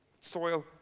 soil